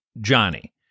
Johnny